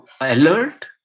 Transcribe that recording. alert